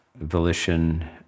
volition